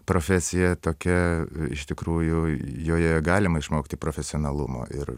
profesija tokia iš tikrųjų joje galima išmokti profesionalumo ir